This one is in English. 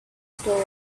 story